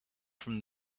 from